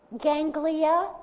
ganglia